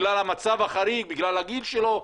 בגלל המצב החריג, בגלל הגיל שלו.